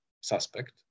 suspect